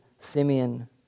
Simeon